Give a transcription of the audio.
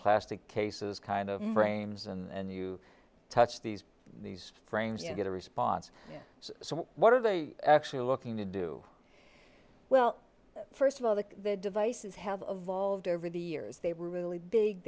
plastic cases kind of frames and you touch these these frames you get a response so what are they actually looking to do well first of all the devices have evolved over the years they were really big